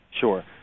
Sure